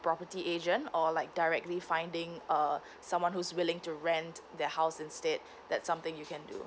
property agent or like directly finding uh someone who's willing to rent their house instead that's something you can do